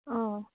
अँ